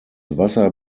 wasser